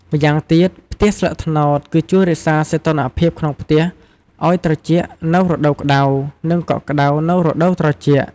ម្យ៉ាងទៀត ផ្ទះស្លឹកត្នោត គឺជួយរក្សាសីតុណ្ហភាពក្នុងផ្ទះឲ្យត្រជាក់នៅរដូវក្តៅ និងកក់ក្តៅនៅរដូវត្រជាក់។